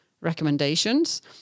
recommendations